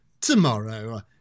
tomorrow